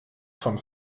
von